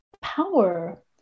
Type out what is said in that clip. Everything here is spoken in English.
power